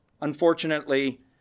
unfortunately